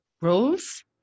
roles